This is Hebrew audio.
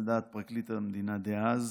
על דעת פרקליט המדינה דאז,